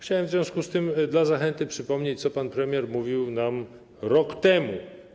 Chciałbym w związku z tym dla zachęty przypomnieć, co pan premier mówił nam rok temu.